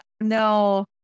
no